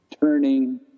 Turning